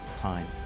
time